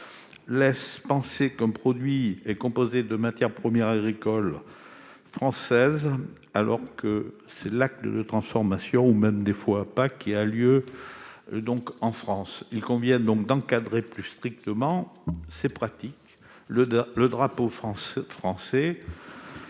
laissent penser qu'un produit est composé de matières premières agricoles françaises alors que c'est seulement l'acte de transformation- et encore -qui a lieu en France. Il convient donc d'encadrer plus strictement ces pratiques. L'apposition du drapeau français